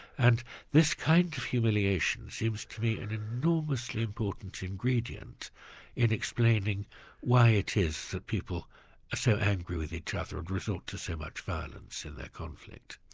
and this kind of humiliation seems to me an enormously important ingredient in explaining why it is that people are so angry with each other and resort to so much violence in their conflict.